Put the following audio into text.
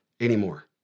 anymore